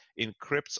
encrypts